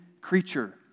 creature